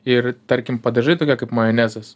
ir tarkim padažai tokie kaip majonezas